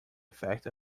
effect